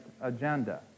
agenda